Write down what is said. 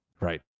right